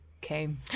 came